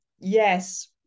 yes